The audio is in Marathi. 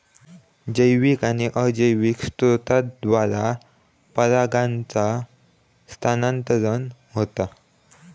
जैविक आणि अजैविक स्त्रोतांद्वारा परागांचा स्थानांतरण होता